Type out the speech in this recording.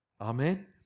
Amen